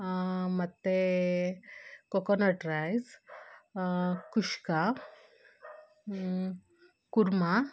ಮತ್ತು coconut rice kushka Kurma